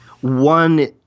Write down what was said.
One